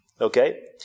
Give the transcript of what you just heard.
okay